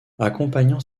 accompagnant